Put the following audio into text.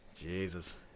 Jesus